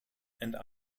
and